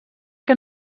que